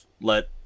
let